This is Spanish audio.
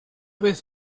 vez